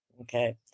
Okay